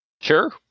Sure